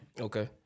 Okay